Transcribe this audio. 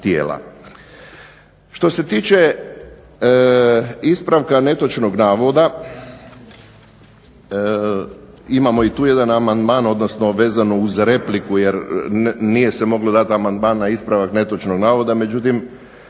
Što se tiče ispravka netočnog navoda imamo i tu jedan amandman, odnosno vezano uz repliku jer nije se moglo dati amandman na ispravak netočnog navoda, međutim